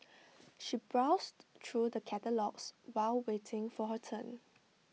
she browsed through the catalogues while waiting for her turn